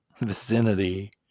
vicinity